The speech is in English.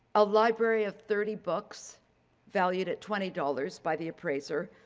a library of thirty books valued at twenty dollars by the appraiser,